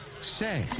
Say